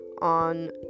on